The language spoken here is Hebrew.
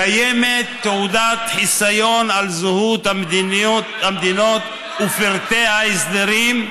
קיימת תעודת חיסיון על זהות המדינות ופרטי ההסדרים,